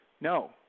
No